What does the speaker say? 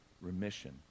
remission